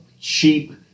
cheap